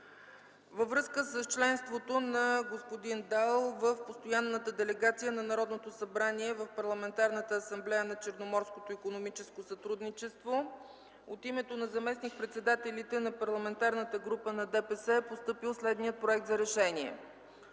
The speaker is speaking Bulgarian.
Във връзка с членството на господин Дал в Постоянната делегация на Народното събрание в Парламентарната асамблея на Черноморското икономическо сътрудничество от името на заместник-председателите на Парламентарната група на Движението за права и